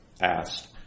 asked